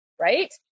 right